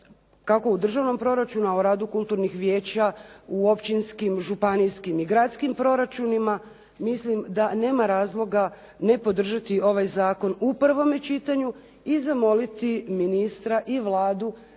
kako u državnom proračunu o radu Kulturnih vijeća u općinskim, županijskim i gradskim proračunima, mislim da nema razloga ne podržati ovaj zakon u prvom čitanju i zamoliti ministra i Vladu